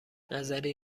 نظری